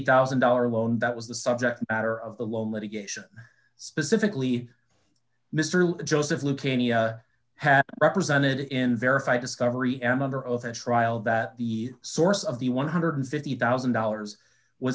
thousand dollars loan that was the subject matter of the loan litigation specifically mr joseph lukemia happen represented in verified discovery m other of the trial that the source of the one hundred and fifty thousand dollars was